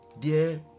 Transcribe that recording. Dear